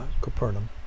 Capernaum